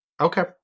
Okay